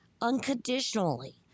unconditionally